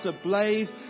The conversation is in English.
ablaze